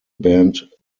band